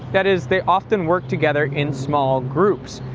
that is, they often worked together in small groups.